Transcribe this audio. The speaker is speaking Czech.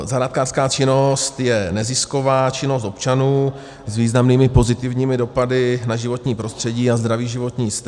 Zahrádkářská činnost je nezisková činnost občanů s významnými pozitivními dopady na životní prostředí a zdravý životní styl.